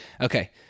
Okay